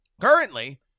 Currently